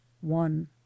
One